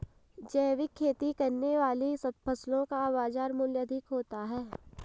जैविक खेती वाली फसलों का बाजार मूल्य अधिक होता है